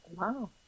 Wow